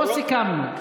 לא סיכמנו,